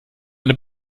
eine